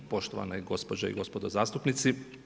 Poštovane gospođe i gospodo zastupnici.